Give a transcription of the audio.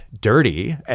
dirty